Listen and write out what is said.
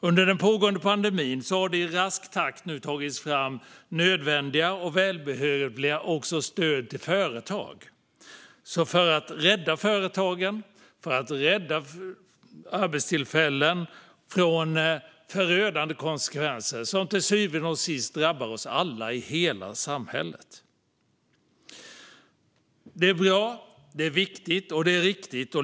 Under den pågående pandemin har det i rask takt tagits fram nödvändiga och välbehövliga stöd också till företag för att rädda företagen och arbetstillfällen från förödande konsekvenser som till syvende och sist drabbar oss alla i hela samhället. Det är bra, det är viktigt och riktigt.